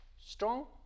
strong